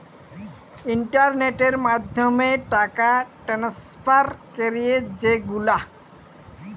ইলটারলেটের মাধ্যমে টাকা টেনেসফার ক্যরি যে গুলা